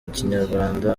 ikinyarwanda